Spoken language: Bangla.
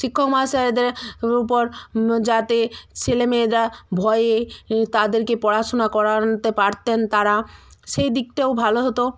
শিক্ষক মহাশয়েদের উপর যাতে ছেলে মেয়েরা ভয়ে এ তাদেরকে পড়াশুনা করাতে পারতেন তারা সেই দিকটাও ভালো হতো